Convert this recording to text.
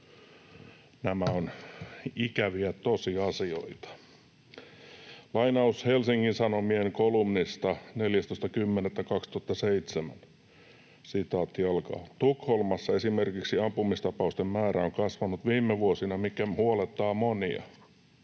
Nämä ovat ikäviä tosiasioita. Lainaus Helsingin Sanomien kolumnista 14.10.2017: ”Tukholmassa esimerkiksi ampumistapausten määrä on kasvanut viime vuosina, mikä huolettaa monia.